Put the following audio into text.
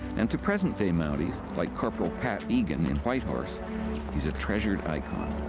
and to present day mounties, like corporal pat egan, in whitehorse he is a treasured icon.